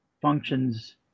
functions